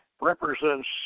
represents